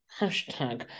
hashtag